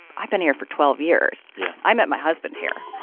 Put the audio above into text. i've been here for twelve years. yeah i met my husband here.